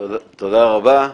תודה רבה.